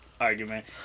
argument